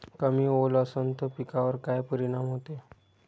कमी ओल असनं त पिकावर काय परिनाम होते?